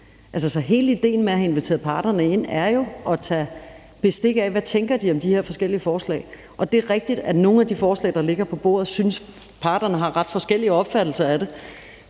Så hele idéen med at invitere parterne ind er jo at tage bestik af, hvad de tænker om de her forskellige forslag. Og det er rigtigt, at nogle af de forslag, der ligger på bordet, har parterne ret forskellige opfattelser af.